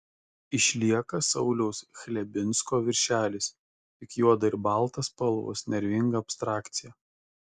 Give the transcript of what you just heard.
išlieka sauliaus chlebinsko viršelis tik juoda ir balta spalvos nervinga abstrakcija